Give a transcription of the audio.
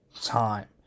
time